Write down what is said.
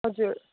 हजुर